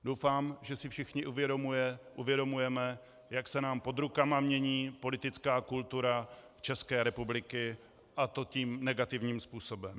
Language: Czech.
Doufám, že si všichni uvědomujeme, jak se nám pod rukama mění politická kultura České republiky, a to tím negativním způsobem.